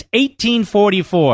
1844